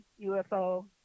UFO